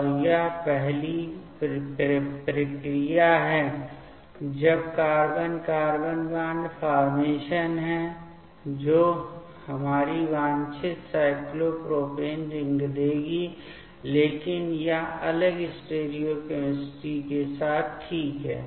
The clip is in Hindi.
और यह पहली प्रक्रिया है जो कार्बन कार्बन बॉन्ड फॉर्मेशन है जो हमारी वांछित साइक्लोप्रोपेन रिंग देगी लेकिन एक अलग स्टीरियोकेमिस्ट्री के साथ ठीक है